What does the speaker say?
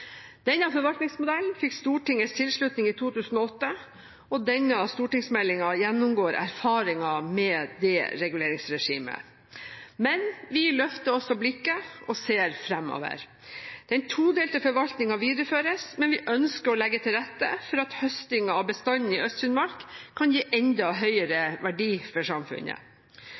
Denne forvaltningsmodellen fikk Stortingets tilslutning i 2008, og denne stortingsmeldingen gjennomgår erfaringene med det reguleringsregimet. Men vi løfter også blikket og ser fremover. Den todelte forvaltningen videreføres, men vi ønsker å legge til rette for at høstingen av bestanden i Øst-Finnmark kan gi enda høyere